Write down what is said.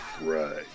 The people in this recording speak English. Right